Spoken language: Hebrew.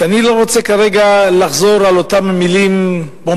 שאני לא רוצה כרגע לחזור על אותן מלים בומבסטיות,